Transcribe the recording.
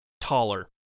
taller